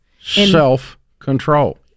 Self-control